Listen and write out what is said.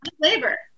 Labor